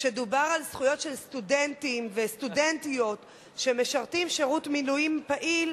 כשדובר על זכויות של סטודנטים וסטודנטיות שמשרתים שירות מילואים פעיל,